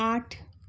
आठ